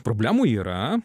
problemų yra